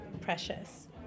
precious